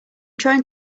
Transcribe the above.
trying